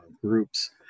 groups